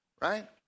Right